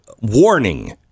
warning